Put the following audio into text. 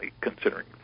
considering